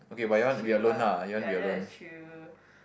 just chill lah ya ya like chill